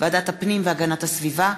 ועדת הפנים והגנת הסביבה,